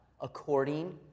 according